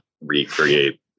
recreate